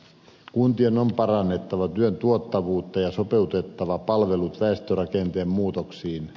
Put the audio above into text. kuntien on parannettava työn tuottavuutta ja sopeutettava palvelut väestörakenteen muutoksiin